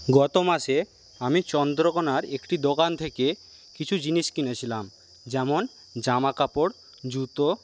গত মাসে আমি চন্দ্রকোণার একটি দোকান থেকে কিছু জিনিস কিনেছিলাম যেমন জামাকাপড় জুতো